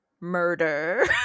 murder